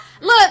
Look